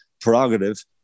prerogative